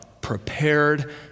prepared